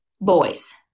boys